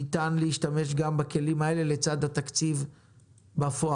ניתן להשתמש גם בכלים האלה לצד התקציב בפועל.